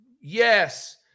Yes